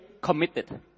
committed